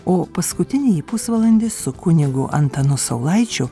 o paskutinįjį pusvalandį su kunigu antanu saulaičiu